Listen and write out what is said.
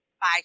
Bye